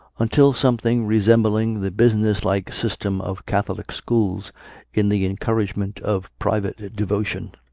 until something resembling the business-like system of catholic schools in the encouragement of private devotion,